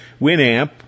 Winamp